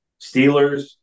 Steelers